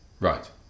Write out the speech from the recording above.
Right